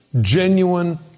genuine